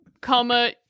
comma